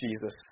Jesus